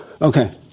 Okay